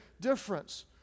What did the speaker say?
difference